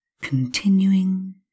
continuing